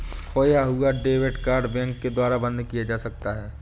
खोया हुआ debit card bank के द्वारा बंद किया जा सकता है